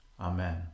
Amen